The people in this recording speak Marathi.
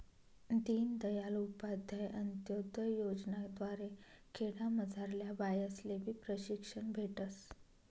दीनदयाल उपाध्याय अंतोदय योजना द्वारे खेडामझारल्या बायास्लेबी प्रशिक्षण भेटस